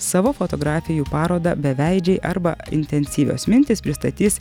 savo fotografijų parodą beveidžiai arba intensyvios mintys pristatys